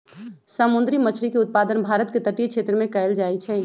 समुंदरी मछरी के उत्पादन भारत के तटीय क्षेत्रमें कएल जाइ छइ